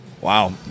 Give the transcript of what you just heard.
Wow